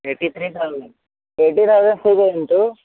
eighty त्रि thousand यटि thousand स्वीकुर्वन्तु